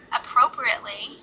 appropriately